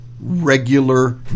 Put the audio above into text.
regular